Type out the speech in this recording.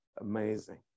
amazing